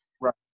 Right